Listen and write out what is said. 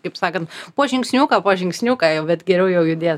kaip sakant po žingsniuką po žingsniuką jau bet geriau jau judėt